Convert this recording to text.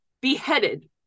beheaded